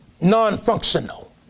Non-functional